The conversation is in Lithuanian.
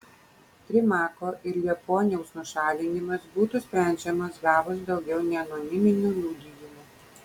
trimako ir liepuoniaus nušalinimas būtų sprendžiamas gavus daugiau neanoniminių liudijimų